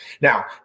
Now